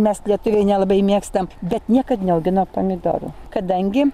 mes lietuviai nelabai mėgstam bet niekad neaugina pomidorų kadangi